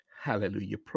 Hallelujah